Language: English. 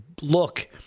look